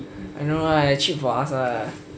I know right cheap for us lah